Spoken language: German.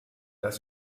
das